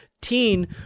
teen